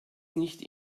nicht